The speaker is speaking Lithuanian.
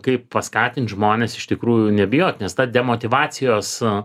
kaip paskatint žmones iš tikrųjų nebijot nes ta demotyvacijos